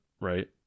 right